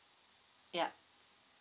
yup